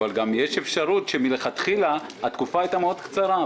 אבל גם יש אפשרות שמלכתחילה התקופה היתה מאוד קצרה,